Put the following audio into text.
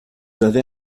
avez